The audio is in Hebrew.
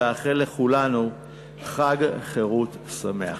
לאחל לכולנו חג חירות שמח.